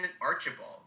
Archibald